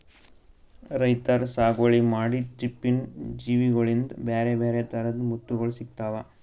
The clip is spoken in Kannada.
ರೈತರ್ ಸಾಗುವಳಿ ಮಾಡಿದ್ದ್ ಚಿಪ್ಪಿನ್ ಜೀವಿಗೋಳಿಂದ ಬ್ಯಾರೆ ಬ್ಯಾರೆ ಥರದ್ ಮುತ್ತುಗೋಳ್ ಸಿಕ್ತಾವ